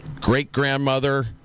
great-grandmother